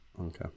Okay